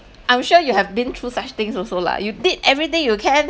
I'm sure you have been through such things also lah you did everything you can